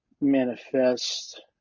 manifest